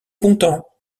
content